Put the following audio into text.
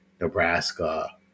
Nebraska